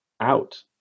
out